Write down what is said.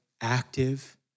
active